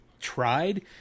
tried